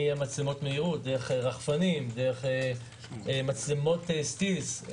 מצלמות מהירות, רחפנים, מצלמות סטילס,